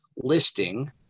listing